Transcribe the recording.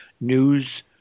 news